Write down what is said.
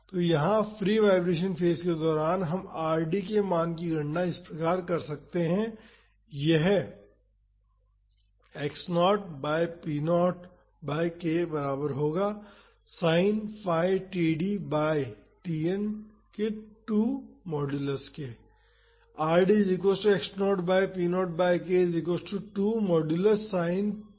तो यहां free vibration phase के दौरान हम Rd के मान की गणना इस प्रकार कर सकते हैं यह x 0 by p 0 by k बराबर होगा sin phi td by Tn के 2 मॉडुलुस के